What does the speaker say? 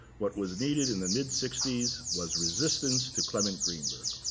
what was needed in the mid-sixties was resistance to clement greenberg.